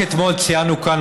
רק אתמול ציינו כאן,